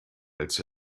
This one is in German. als